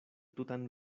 tutan